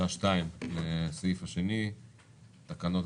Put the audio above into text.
בשעה 14:00. הישיבה ננעלה בשעה 12:25.